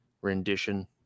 rendition